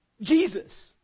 Jesus